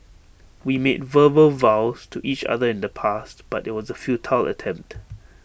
we made verbal vows to each other in the past but IT was A futile attempt